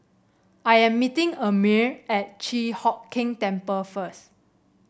I am meeting Amir at Chi Hock Keng Temple first